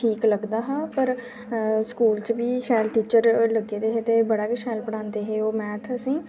ठीक लगदा हा पर स्कूल च बी शैल टीचर लग्गे दे हे ते बड़ा गै शैल पढ़ांदे हे ओह् मैथ असें ई